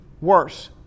worse